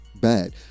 bad